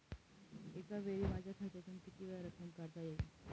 एकावेळी माझ्या खात्यातून कितीवेळा रक्कम काढता येईल?